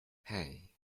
hey